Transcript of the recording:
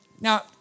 Now